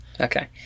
okay